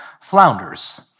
flounders